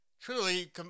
Truly